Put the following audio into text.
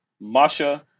Masha